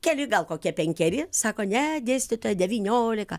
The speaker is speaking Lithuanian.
keli gal kokie penkeri sako ne dėstytoja devyniolika